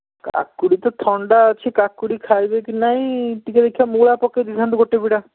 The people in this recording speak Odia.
କାକୁଡ଼ି ତ ଥଣ୍ଡା ଅଛି କାକୁଡ଼ି ଖାଇବେ କି ନାହିଁ ଟିକିଏ ଦେଖିଆ ମୂଳା ପକାଇଦେଇଥାନ୍ତୁ ଗୋଟେ ବିଡ଼ା